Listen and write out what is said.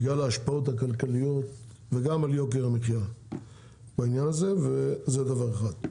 בגלל ההשפעות הכלכליות וגם על יוקר המחיה בעניין הזה וזה דבר אחד.